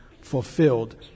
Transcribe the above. fulfilled